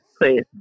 Please